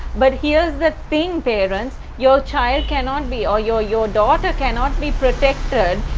but here's the thing parents, your child cannot be or your your daughter cannot be protected,